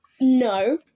No